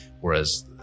whereas